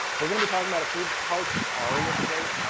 we're going to be talking about a few parts of aria today.